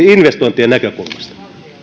investointien näkökulmasta